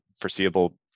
foreseeable